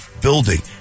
building